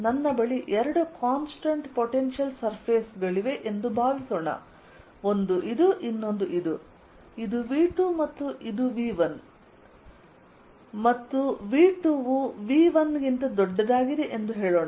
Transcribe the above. ನನ್ನ ಬಳಿ ಎರಡು ಕಾನ್ಸ್ಟಂಟ್ ಪೊಟೆನ್ಶಿಯಲ್ ಸರ್ಫೇಸ್ ಗಳಿವೆ ಎಂದು ಭಾವಿಸೋಣ ಒಂದು ಇದು ಇನ್ನೊಂದು ಇದು ಇದು V2 ಇದು V1 ಮತ್ತು V2 ವು V1 ಗಿಂತ ದೊಡ್ಡದಾಗಿದೆ ಎಂದು ಹೇಳೋಣ